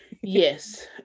Yes